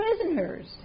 prisoners